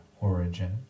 origin